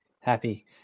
happy